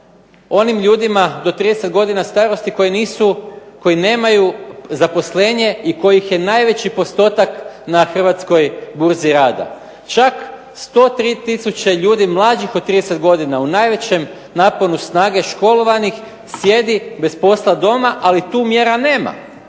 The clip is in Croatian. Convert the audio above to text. onim ljudima do 30 godina starosti koji nemaju zaposlenje i kojih je najveći postotak na hrvatskoj burzi rada. Čak 103000 ljudi mlađih od 30 godina u najvećem naponu snage školovanih sjedi bez posla doma, ali tu mjera nema.